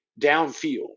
downfield